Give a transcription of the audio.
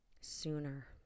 sooner